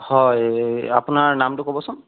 হয় আপোনাৰ নামটো ক'বচোন